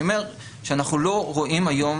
אני אומר שאנחנו לא רואים היום